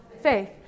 faith